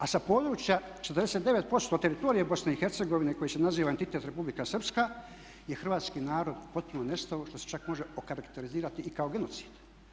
A sa područja 49% teritorija BiH koji se naziva entitet Republika Srpska je hrvatski narod potpuno nestao što se čak može okarakterizirati i kao genocid.